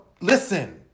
listen